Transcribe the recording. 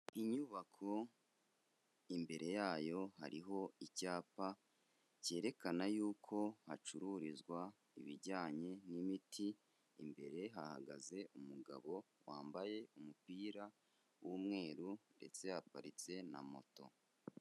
Inyubako imbere yayo hariho icyapa, cyerekana y'uko hacururizwa ibijyanye n'imiti, imbere hahagaze umugabo, wambaye umupira w'umweru ndetse haparitse na moto.